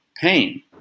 pain